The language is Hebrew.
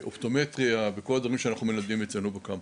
אופטומטריה וכל הדברים שאנחנו מלמדים אצלנו בקמפוס.